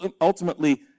ultimately